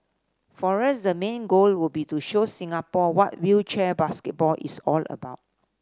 for us the main goal would be to show Singapore what wheelchair basketball is all about